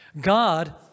God